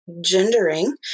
gendering